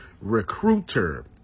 Recruiter